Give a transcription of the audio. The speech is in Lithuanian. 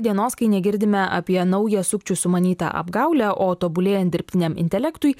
dienos kai negirdime apie naują sukčių sumanytą apgaulę o tobulėjant dirbtiniam intelektui